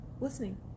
listening